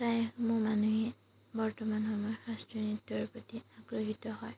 প্ৰায় সমূহ মানুহে বৰ্তমান সময়ত শাস্ত্ৰীয় নৃত্যৰ প্ৰতি আগ্ৰহিত হয়